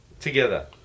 together